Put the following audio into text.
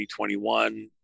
2021